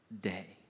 day